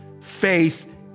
Faith